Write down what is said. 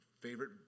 favorite